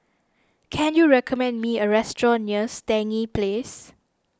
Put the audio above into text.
can you recommend me a restaurant near Stangee Place